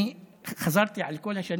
אני חזרתי על כל השנים,